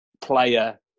player